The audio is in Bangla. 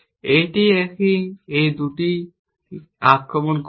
এটি এই 2টিকে আক্রমণ করবে